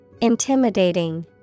Intimidating